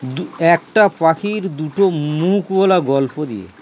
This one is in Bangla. দু একটা পাখির দুটো মুখ বলা গল্প দিয়ে